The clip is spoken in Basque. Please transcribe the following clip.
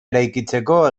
eraikitzeko